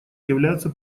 являются